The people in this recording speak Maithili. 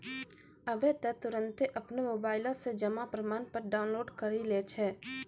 आबै त तुरन्ते अपनो मोबाइलो से जमा प्रमाणपत्र डाउनलोड करि लै छै